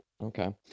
okay